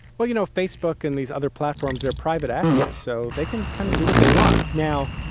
well, you know, facebook and these other platforms, they're private actors, so they can kind of do what they want. now,